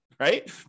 Right